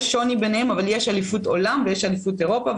יש שוני ביניהם אבל יש אליפות עולם ויש אליפות אירופה,